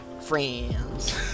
friends